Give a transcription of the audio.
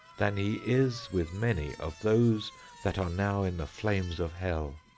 than he is with many of those that are now in the flames of hell.